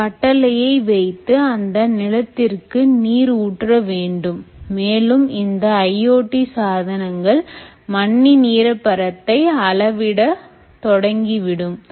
இந்த கட்டளையை வைத்து அந்த நிலத்திற்கு நீர் ஊற்ற வேண்டும் மேலும் இந்த IoT சாதனங்கள் மண்ணின் ஈரப்பதத்தை அளவிட தொடங்கிவிடும்